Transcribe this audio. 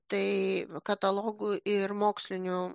tai katalogų ir mokslinių